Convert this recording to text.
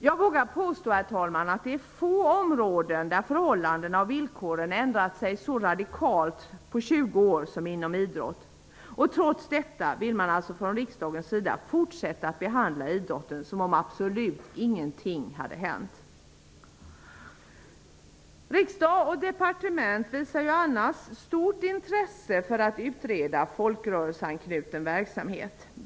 Jag vågar påstå att det är få områden där förhållandena och villkoren har ändrat sig så radikalt på 20 år som inom idrotten. Trots detta vill man alltså från riksdagens sida fortsätta att behandla idrotten som om absolut ingenting har hänt. Riksdag och departement visar ju annars stort intresse för att utreda folkrörelseanknuten verksamhet.